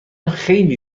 خیلی